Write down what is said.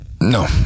No